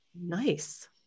Nice